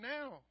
now